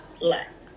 less